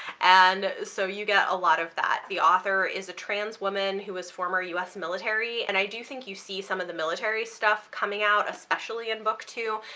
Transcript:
and so you get a lot of that. the author is a transwoman who is former us military and i do think you see some of the military stuff coming out, especially in book two.